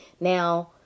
Now